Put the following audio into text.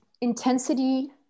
intensity